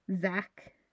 Zach